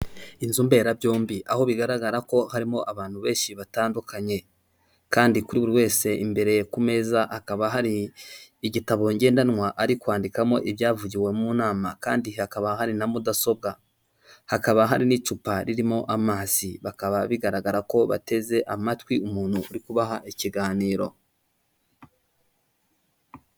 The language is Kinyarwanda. Inzu mberabyombi, aho bigaragara ko harimo abantu benshi batandukanye, kandi kuri buri wese imbere ku meza hakaba hari igitabo ngendanwa ari kwandikamo ibyavugiwe mu nama, kandi hakaba hari na mudasobwa, hakaba hari n'icupa ririmo amazi, bakaba bigaragara ko bateze amatwi umuntu uri kubaha ikiganiro.